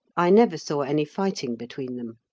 i never saw any fighting between them.